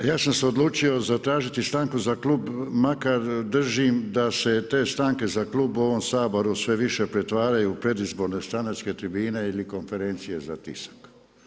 Ja sam se odlučio zatražiti stanku za klub makar držim da se te stanke za klub u ovom Saboru sve više pretvaraju u predizborne stranačke tribine ili konferencije za tisak.